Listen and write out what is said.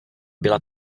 byla